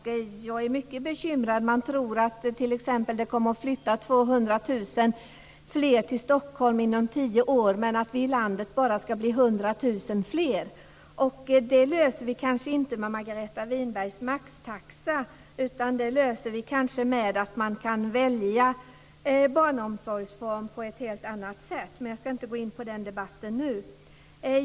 Jag är mycket bekymrad. Man tror t.ex. att det kommer att flytta in 200 000 personer till Stockholm inom tio år men att vi bara ska bli 100 000 fler i landet. Det här löser vi kanske inte med Margareta Winbergs maxtaxa, utan det här löser vi kanske genom att det finns en möjlighet att välja barnomsorgsform på ett helt annat sätt. Men jag ska inte gå in på den debatten nu.